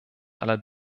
aller